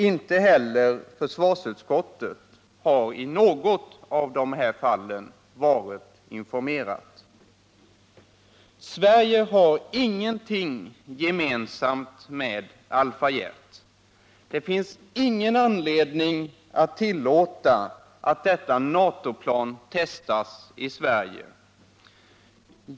Inte heller försvarsutskottet har i något av dessa fall varit informerat. Sverige har ingenting gemensamt med Alpha-Jet. Det finns ingen anledning att tillåta att detta NATO-plan testas I Sverige.